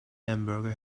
hamburger